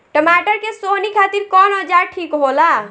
टमाटर के सोहनी खातिर कौन औजार ठीक होला?